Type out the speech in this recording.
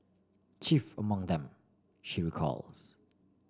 chief among them she recalls